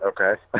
Okay